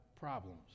problems